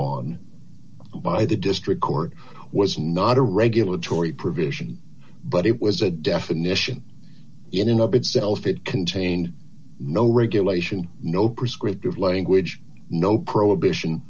on by the district court was not a regulatory provision but it was a definition in and of itself it contained no regulation no prescriptive language no prohibition